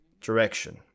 direction